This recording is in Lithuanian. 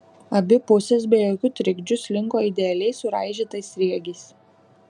abi pusės be jokių trikdžių slinko idealiai suraižytais sriegiais